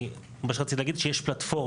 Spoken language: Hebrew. מה שרציתי להגיד זה שיש פלטפורמה.